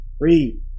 Read